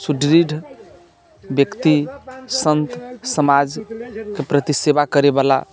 सुढृढ़ व्यक्ति सन्त समाजके प्रति सेवा करै बला